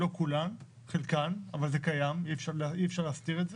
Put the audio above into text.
לא כולן אבל זה קיים ואי אפשר להסתיר את זה.